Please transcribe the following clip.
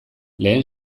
lehen